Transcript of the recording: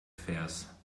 vers